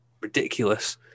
ridiculous